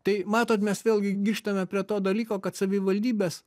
tai matot mes vėlgi grįžtame prie to dalyko kad savivaldybės